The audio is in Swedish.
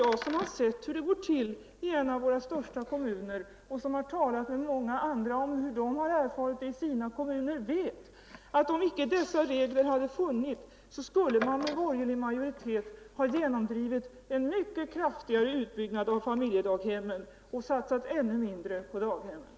Jag som har sett hur det går till i en av våra största kommuner och som har talat med många andra om erfarenheterna från deras kommuner vet att om icke sådana regler hade funnits skulle man i kommuner med borgerlig majoritet ha genomdrivit en mycket kraftigare utbyggnad av familjedaghemmen och satsat ännu mindre på barnstugorna.